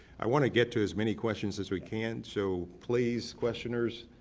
i want to get to as many questions as we can so please, questioners,